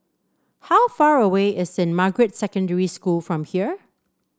how far away is Saint Margaret's Secondary School from here